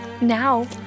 Now